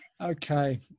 Okay